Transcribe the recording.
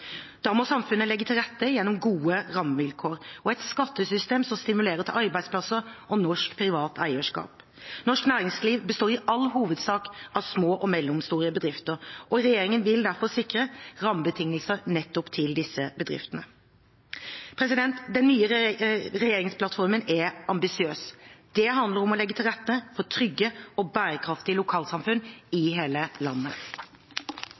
Da må samfunnet legge til rette gjennom gode rammevilkår og et skattesystem som stimulerer til arbeidsplasser og norsk privat eierskap. Norsk næringsliv består i all hovedsak av små og mellomstore bedrifter, og regjeringen vil derfor sikre rammebetingelser nettopp til disse bedriftene. Den nye regjeringsplattformen er ambisiøs – det handler om å legge til rette for trygge og bærekraftige lokalsamfunn i hele landet.